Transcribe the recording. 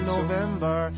November